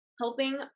helping